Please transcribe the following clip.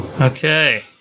Okay